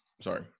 sorry